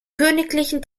königlichen